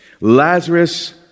Lazarus